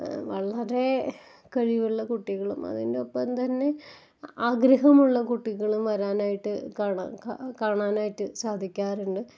വളരെ കഴിവുള്ള കുട്ടികളും അതിൻ്റെയൊപ്പം തന്നെ ആഗ്രഹമുള്ള കുട്ടികളും വരാനായിട്ട് കാണാൻ കാണാനായിട്ട് സാധിക്കാറുണ്ട്